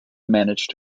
managed